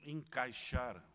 encaixar